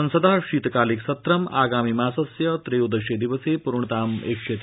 संसद शीतकालिक सत्रम् गामि मासस्य त्रयोदश विवस प्रिणताम् एष्यति